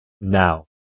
now